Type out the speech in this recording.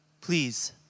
please